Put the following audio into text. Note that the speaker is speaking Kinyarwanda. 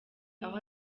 aho